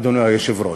אדוני היושב-ראש.